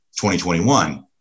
2021